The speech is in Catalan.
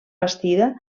bastida